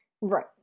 right